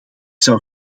zou